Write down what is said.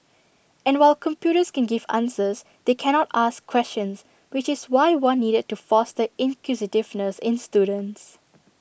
and while computers can give answers they cannot ask questions which is why one needed to foster inquisitiveness in students